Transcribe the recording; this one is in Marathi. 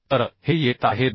तर हे येत आहे 10